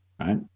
right